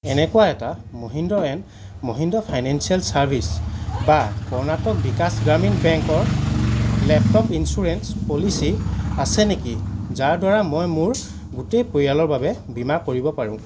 এনেকুৱা এটা Mahindra and Mahindra financial services বা কৰ্ণাটক বিকাশ গ্ৰামীণ বেংকৰ লেপটপ ইঞ্চুৰেঞ্চ পলিচী আছে নেকি যাৰদ্বাৰা মই মোৰ গোটেই পৰিয়ালৰ বাবে বীমা কৰিব পাৰোঁ